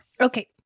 Okay